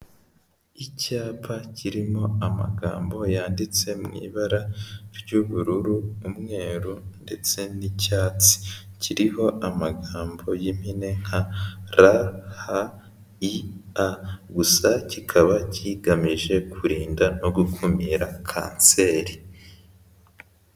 Icyapa kirimo amagambo yanditse mu ibara ry'ubururu, umweru ndetse n'icyatsi, kiriho amagambo y'impine nka: r, h, i, a, gusa kikaba kigamije kurinda no gukumira kanseri.